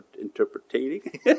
interpreting